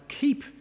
keep